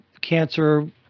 cancer